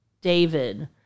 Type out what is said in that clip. David